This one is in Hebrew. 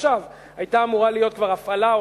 עכשיו היתה אמורה להיות כבר הפעלה,